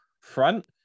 front